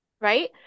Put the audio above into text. Right